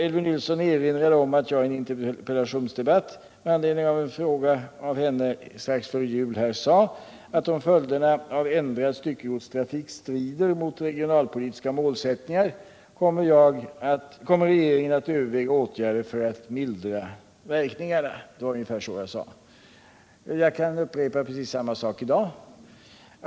Elvy Nilsson erinrade om att jag i en interpellationsdebatt med anledning av en fråga av henne strax före jul sade att om följderna av en ändrad styckegodstrafik strider mot regionalpolitiska målsättningar kommer regeringen att överväga åtgärder för att mildra verkningarna. Jag kan upprepa samma sak i dag.